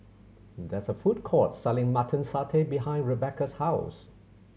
there is a food court selling Mutton Satay behind Rebecca's house